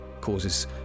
causes